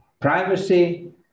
privacy